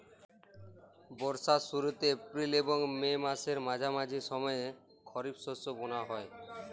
বর্ষার শুরুতে এপ্রিল এবং মে মাসের মাঝামাঝি সময়ে খরিপ শস্য বোনা হয়